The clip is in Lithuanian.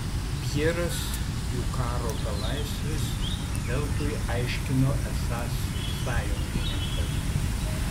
pjeras jų karo belaisvis veltui aiškino esąs sąjungininkas